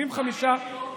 מה השם שלו?